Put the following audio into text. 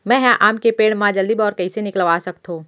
मैं ह आम के पेड़ मा जलदी बौर कइसे निकलवा सकथो?